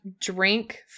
drink